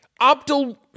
Abdul